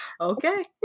okay